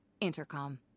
intercom